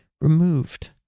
removed